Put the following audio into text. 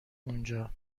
اونجا